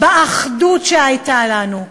באחדות שהייתה בינינו.